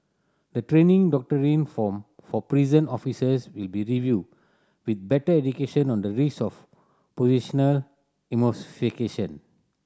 the training doctrine for for prison officers will be reviewed with better education on the risk of positional